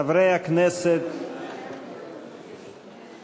חברי הכנסת, תודה.